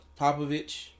Popovich